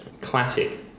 classic